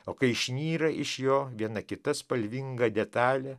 o kai išnyra iš jo viena kita spalvinga detalė